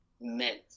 meant